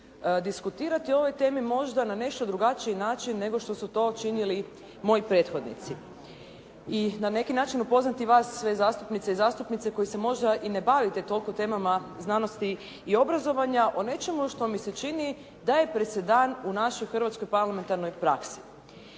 diskutirati o ovoj temi možda na nešto drugačiji način nego što su to činili moji prethodnici i na neki način upoznati vas sve zastupnike i zastupnice koji se možda i ne bavite toliko temama znanosti i obrazovanja o nečemu što mi se čini da je presedan u našoj hrvatskoj parlamentarnoj praksi.